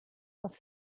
auf